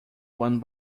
one